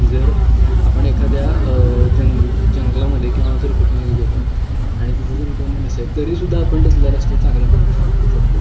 जर आपण एखाद्या जंग जंगलामध्ये किंवा जर कुठे घ गेलं आणि तिथे जर इनटेर्नमेंट नसेल तरीसुद्धा आपण तिथल्या रस्त चांगल्या पा कापू शकतो